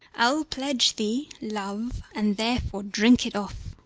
i'll pledge thee, love, and therefore drink it off.